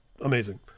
amazing